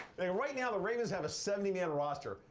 right now the ravens have a seventy man roster.